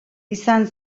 izan